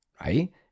right